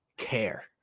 care